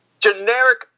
generic